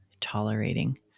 tolerating